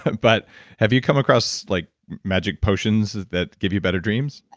but have you come across like magic potions that give you better dreams?